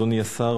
אדוני השר,